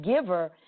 giver